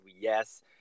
yes